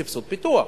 סבסוד פיתוח.